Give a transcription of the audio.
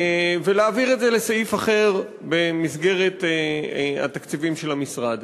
ולהעביר את זה לסעיף אחר במסגרת התקציבים של המשרד.